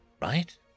Right